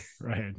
right